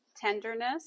tenderness